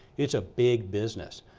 it's a big business.